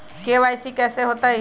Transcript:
KYC कैसे होतई?